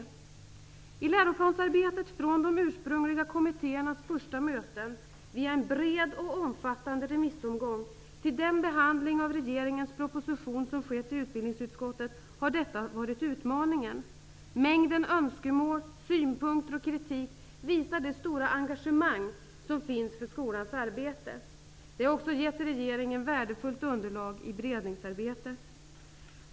I arbetet med läroplanen, från de ursprungliga kommittéernas första möten via en bred och omfattande remissomgång till den behandling av regeringens proposition som skett i utbildningsutskottet, har detta varit utmaningen. Mängden önskemål, synpunkter och kritik visar det stora engagemang som finns för skolans arbete. Det har också givit regeringen värdefullt underlag i beredningsarbetet.